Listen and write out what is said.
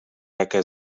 jaké